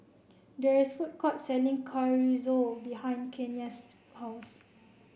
there is a food court selling Chorizo behind Kenia's house